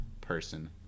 person